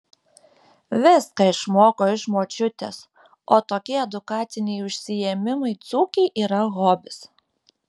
viską išmoko iš močiutės o tokie edukaciniai užsiėmimai dzūkei yra hobis